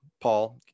paul